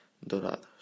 dorados